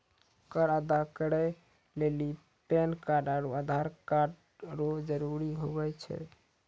कर अदा करै लेली पैन कार्ड आरू आधार कार्ड रो जरूत हुवै छै